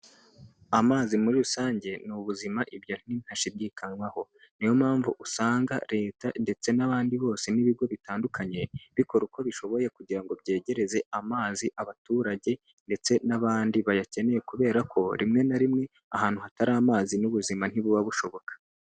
Amazi muri rusange ni ubuzima ibyo ni ntashidikanywaho. Niyo mpamvu usanga Leta ndetse n'abandi bose n'ibigo bitandukanye, bikora uko abishoboye kugira ngo byegereze amazi abaturage, ndetse n'abandi bayakeneye, kubera ko rimwe na rimwe ahantu hatari amazi n'ubuzima ntibuba bushoboka.